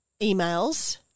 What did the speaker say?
emails